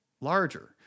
larger